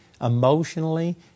emotionally